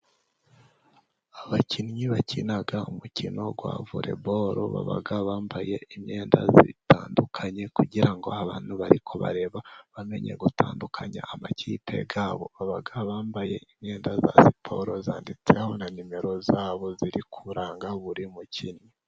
Abakinnyi bakina umukino wa voreboro baba bambaye imyenda itandukanye, kugira ngo abantu bari kubareba bamenye gutandukanya amakipe ya bo, baba bambaye imyenda ya siporo yanditseho na nimero za bo, ziri kuranga buri mukinnyi.